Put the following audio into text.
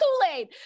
Kool-Aid